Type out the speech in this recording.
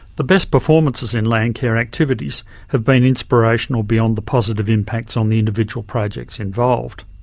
the best performances in landcare activities have been inspirational beyond the positive impacts on the individual projects involved.